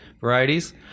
varieties